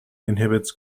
inhibits